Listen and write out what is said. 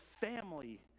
family